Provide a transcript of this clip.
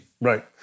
Right